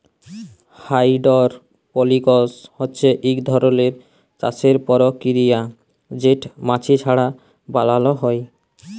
hydroponics হছে ইক ধরলের চাষের পরকিরিয়া যেট মাটি ছাড়া বালালো হ্যয়